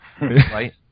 Right